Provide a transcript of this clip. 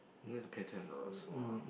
need to pay ten dollars !wah!